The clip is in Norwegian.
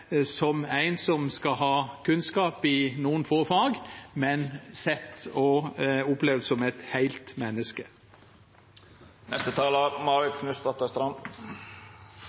som en som skal ha kunnskap i noen få fag, men sett og opplevd som et helt menneske.